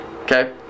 Okay